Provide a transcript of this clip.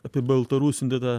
apibaltarusinti tą